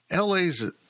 LA's